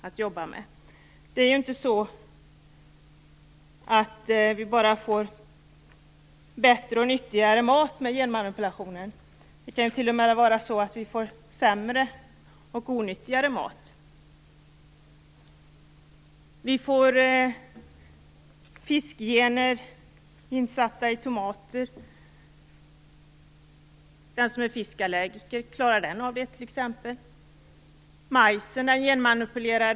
Genmanipulationen gör ju inte att vi bara får bättre och nyttigare mat. Det kan t.o.m. vara så att vi får sämre och onyttigare mat. Fiskgener sätts in i tomater. Klarar den som t.ex. är fiskallergiker av detta? Majsen är genmanipulerad.